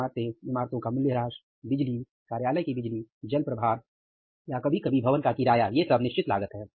इमारतें इमारतों का मूल्यह्रास बिजली कार्यालय की बिजली जल प्रभार या कभी कभी भवन का किराया ये सब निश्चित लागत है